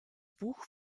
buch